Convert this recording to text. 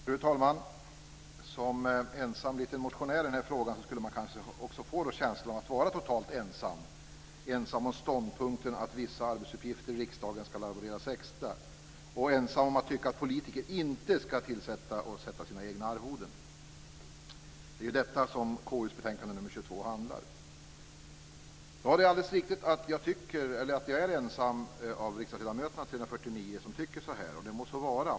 Fru talman! Som ensam liten motionär i den här frågan skulle man kanske få känslan av att vara totalt ensam - ensam om ståndpunkten att vissa arbetsuppgifter i riksdagen ska arvoderas extra, ensam om att tycka att politiker inte ska sätta sina egna arvoden. Det är ju detta som KU:s betänkande nr 22 handlar om. Det är alldeles riktigt att jag är ensam av 349 riksdagsledamöter om att tycka så här. Och det må så vara.